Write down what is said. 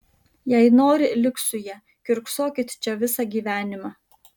jei nori lik su ja kiurksokit čia visą gyvenimą